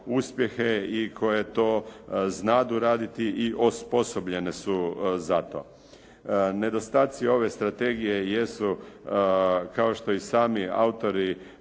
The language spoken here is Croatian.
uspjehe i koje to znadu raditi i osposobljene su za to. Nedostaci ove strategije jesu kao što i sami autori